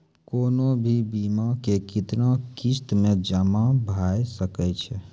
कोनो भी बीमा के कितना किस्त मे जमा भाय सके छै?